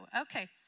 Okay